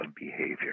Behavior